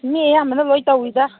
ꯃꯤ ꯑꯌꯥꯝꯕꯅ ꯂꯣꯏ ꯇꯧꯋꯤꯗ